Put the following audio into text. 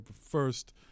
First